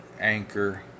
Anchor